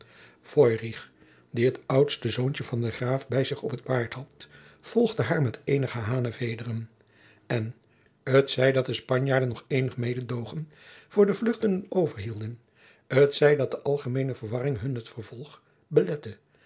die het oudste zoontje van den graaf bij zich op t paard had volgde haar met eenige hanevederen en t zij dat de spanjaarden nog eenig mededogen voor de vluchtenden overhielden t zij dat de algemeene verwarring hun het vervolgen belette